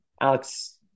Alex